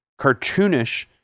cartoonish